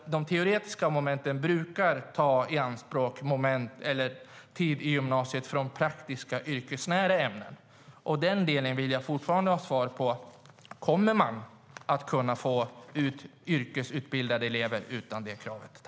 De teoretiska momenten i gymnasiet brukar ta i anspråk tid från praktiska yrkesnära ämnen. I den delen vill jag fortfarande ha svar. Kommer man att kunna få ut yrkesutbildade elever utan det kravet?